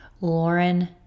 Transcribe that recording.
Lauren